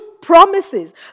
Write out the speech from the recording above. promises